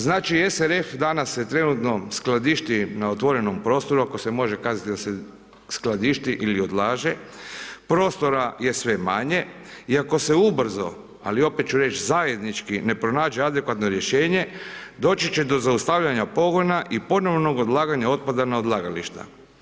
Znači SRF danas se trenutno skladišti na otvorenom prostoru, ako se može kazati da se skladišti ili odlaže, prostora je sve manje i ako se ubrzo, ali opet ću reći, zajednički ne pronađe adekvatno rješenje, doći će do zaustavljanja pogona i ponovnog odlaganja otpada na odlagališta.